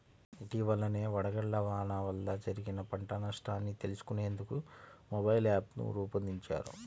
ఇటీవలనే వడగళ్ల వాన వల్ల జరిగిన పంట నష్టాన్ని తెలుసుకునేందుకు మొబైల్ యాప్ను రూపొందించారు